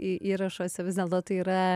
į įrašuose vis dėlto tai yra